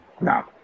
no